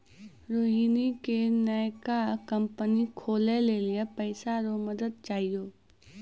रोहिणी के नयका कंपनी खोलै लेली पैसा रो मदद चाहियो